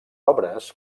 obres